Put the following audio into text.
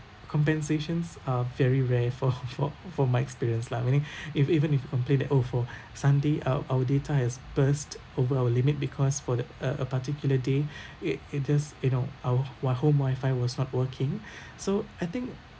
compensations are very rare for for for my experience lah meaning if even if complain that oh for sunday our our data has burst over our limit because for the uh a particular day it it just you know our why home wifi was not working so I think